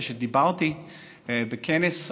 כשדיברתי בכנס,